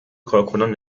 کارکنان